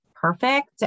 Perfect